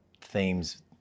themes